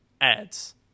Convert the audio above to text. ads